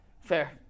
Fair